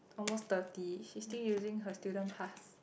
almost thirty she still using her student pass